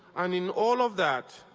and in all of that,